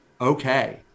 okay